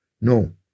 No